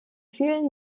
vielen